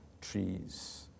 trees